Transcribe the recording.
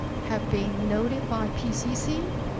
have been noted by pcc.